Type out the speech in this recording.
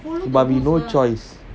but we no choice